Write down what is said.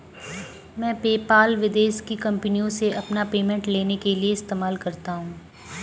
मैं पेपाल विदेश की कंपनीयों से अपना पेमेंट लेने के लिए इस्तेमाल करता हूँ